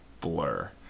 Blur